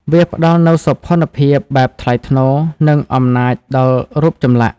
វាផ្តល់នូវសោភ័ណភាពបែបថ្លៃថ្នូរ និងអំណាចដល់រូបចម្លាក់។